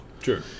Sure